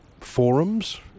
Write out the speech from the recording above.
forums